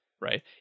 right